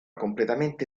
completamente